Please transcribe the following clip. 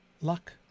Luck